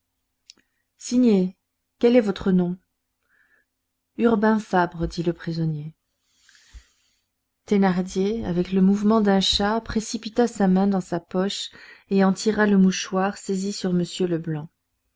signez quel est votre nom urbain fabre dit le prisonnier thénardier avec le mouvement d'un chat précipita sa main dans sa poche et en tira le mouchoir saisi sur m leblanc